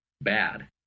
bad